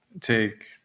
take